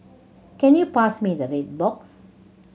can you pass me the red box